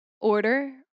order